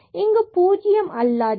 இங்கு இது பூஜ்யம் அல்லாதது